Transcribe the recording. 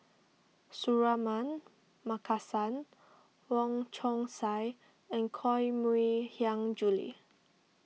Suratman Markasan Wong Chong Sai and Koh Mui Hiang Julie